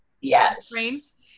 yes